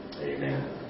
Amen